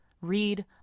read